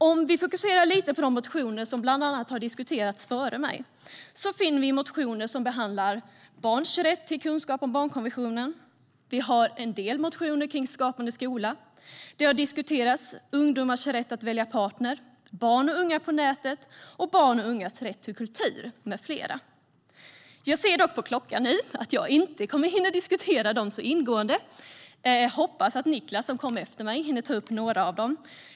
Om vi fokuserar lite på de motioner som har diskuterats tidigare i debatten finner vi motioner som behandlar barns rätt till kunskap om barnkonventionen och en del motioner kring Skapande skola. Det har diskuterats ungdomars rätt att välja partner, barn och unga på nätet och barns och ungas rätt till kultur med mera. Jag ser dock på klockan att jag inte kommer att hinna diskutera det så ingående. Jag hoppas att Niklas, som kommer efter mig, hinner ta upp några av dem.